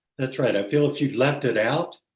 that's right. i feel if you'd left it out,